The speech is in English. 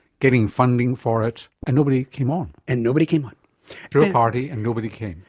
getting funding for it, and nobody came on? and nobody came on. threw a party and nobody came.